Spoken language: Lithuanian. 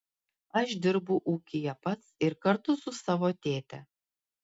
aš dirbu ūkyje pas ir kartu su savo tėte